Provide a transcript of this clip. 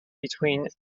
between